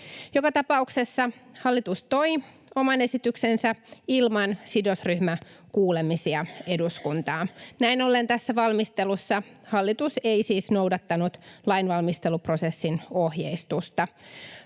Joka tapauksessa hallitus toi oman esityksensä ilman sidosryhmäkuulemisia eduskuntaan. Näin ollen tässä valmistelussa hallitus ei siis noudattanut lainvalmisteluprosessin ohjeistusta.